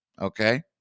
okay